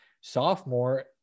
sophomore